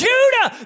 Judah